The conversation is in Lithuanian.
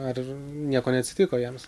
ar nieko neatsitiko jiems